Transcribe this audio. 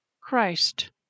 Christ